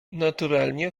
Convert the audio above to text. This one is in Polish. naturalnie